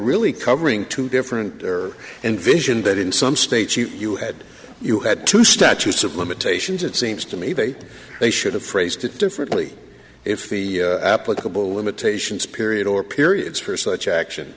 really covering two different or envisioned that in some states you had you had two statutes of limitations it seems to me that they should have phrased it differently if the applicable limitations period or periods for such action